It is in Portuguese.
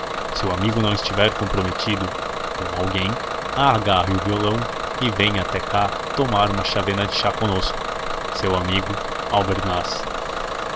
o amigo não estiver comprometido com alguém agarre o violão e venha até cá tomar uma chávena de chá conosco seu amigo